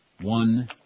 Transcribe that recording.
One